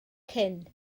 cyn